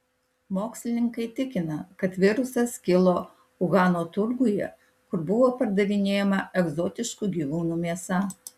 mokslininkai tikina kad virusas kilo uhano turguje kur buvo pardavinėjama egzotiškų gyvūnų mėsa